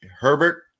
Herbert